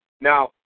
Now